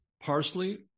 Parsley